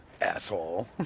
Asshole